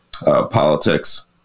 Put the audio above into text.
Politics